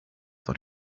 that